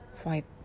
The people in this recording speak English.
fight